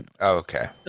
Okay